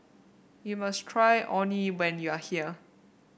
you must try Orh Nee when you are here